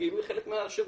נסוגים מחלק מהשירותים.